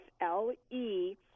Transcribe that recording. F-L-E